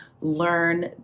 learn